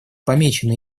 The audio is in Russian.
помечены